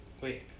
Wait